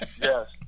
Yes